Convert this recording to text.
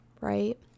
right